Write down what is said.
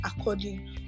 according